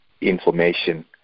information